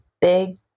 big